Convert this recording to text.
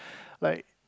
like